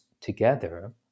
together